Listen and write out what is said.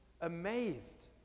amazed